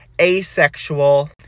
asexual